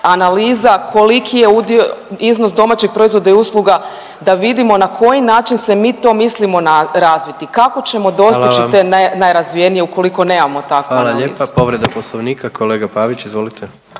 analiza koliki je udio, iznos domaćeg proizvoda i usluga da vidimo na koji se način se mi to mislimo razviti, kako ćemo dostići te najrazvijenije ukoliko nemamo takvu analizu? **Jandroković, Gordan (HDZ)** Hvala lijepa, povreda Poslovnika, kolega Pavić, izvolite.